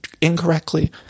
incorrectly